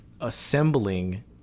assembling